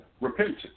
repentance